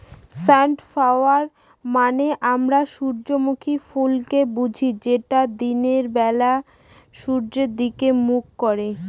sunflower মানে আমরা সূর্যমুখী ফুলকে বুঝি যেটা দিনের বেলা সূর্যের দিকে মুখ করে